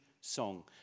song